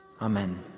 Amen